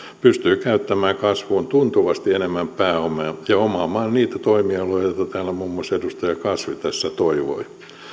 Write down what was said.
pystyy käyttämään kasvuun tuntuvasti enemmän pääomaa ja omaamaan niitä toimialoja joita täällä muun muassa edustaja kasvi tässä toivoi